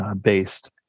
based